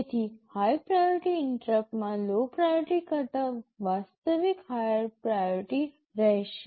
તેથી high priority ઇન્ટરપ્ટમાં low priority કરતા વાસ્તવિક હાયર પ્રાયોરિટી રહેશે